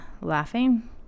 laughing